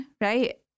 right